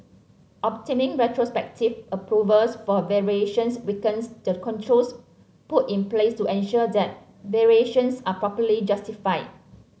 obtaining retrospective approvals for variations weakens the controls put in place to ensure that variations are properly justified